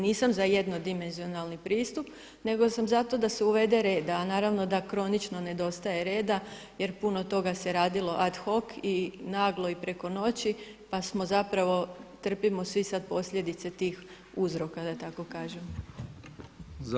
Nisam za jednodimenzionalni pristup nego sam zato da se uvede reda, a naravno da kronično nedostaje reda jer puno toga se radilo ad hoc i naglo i preko noći pa smo zapravo trpimo sada svi posljedice tih uzroka da tako kažem.